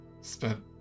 spent